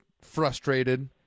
frustrated